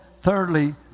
thirdly